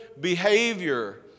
behavior